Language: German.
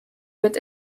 wird